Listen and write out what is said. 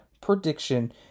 prediction